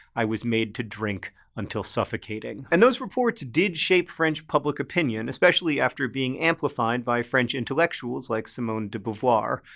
i was made to drink until suffocating and those reports did shape french public opinion, especially after being amplified by french intellectuals like simone de beauvoir.